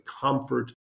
comfort